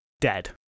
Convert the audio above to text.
Dead